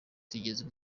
tugeze